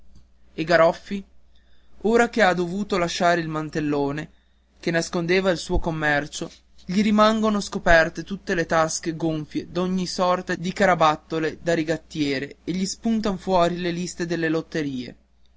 e garoffi ora che ha dovuto lasciare il mantellone che nascondeva il suo commercio gli rimangono scoperte bene tutte le tasche gonfie d'ogni sorta di carabattole da rigattiere e gli spuntan fuori le liste delle lotterie